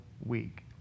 week